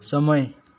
समय